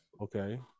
Okay